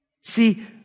See